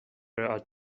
یاد